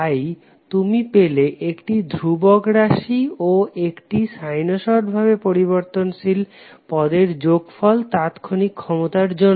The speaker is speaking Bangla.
তাই তুমি পেলে একটি ধ্রুবক রাশি ও একটি সাইনোসোড ভাবে পরিবর্তনশীল পদের যোগফল তাৎক্ষণিক ক্ষমতার জন্য